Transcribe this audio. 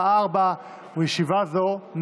אין מתנגדים, אין